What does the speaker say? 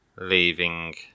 leaving